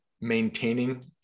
maintaining